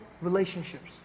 relationships